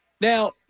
Now